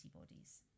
antibodies